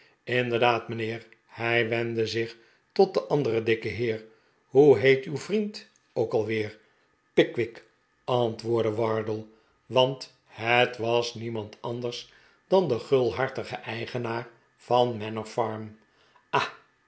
daad mijnheer hij wendde zich tot den anderen dikken heer hoe heet uw vriend ook alweer j m pickwick antwoordde wardle wan het was niemand anders dan de gulhartige eigenaar van manor farm ah